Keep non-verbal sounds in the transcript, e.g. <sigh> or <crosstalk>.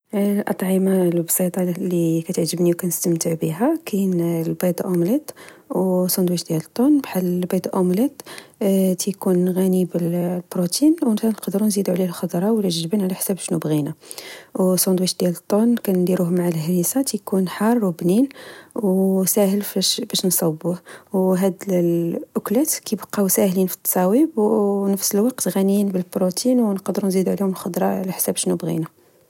الأطعمة البسيطة لكتعجبني، وكنستمتع بها، كاين البيض أومليط، أو سندويش ديال الطون بحال البيض الأومليط كيكون غني بالبروتين وكنقدرو نزيدو عليه الخضرة ولا الجبن على حساب أشنو بغينا، وسندويش ديال الطون كندروه مع الهريسة، تكون حار حارة و بنين وساهل <hesitation> باش نصوبوه. وهاد الأكلات كبقاو ساهلين في التصاويب وفنفس الوقت غنيين بالبروتين ونقدرو نزيدو عليهم الخضرة على حساب أشنو بغينا